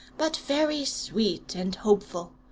but very sweet and hopeful.